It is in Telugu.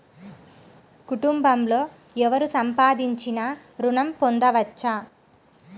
కుటుంబంలో ఎవరు సంపాదించినా ఋణం పొందవచ్చా?